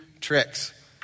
tricks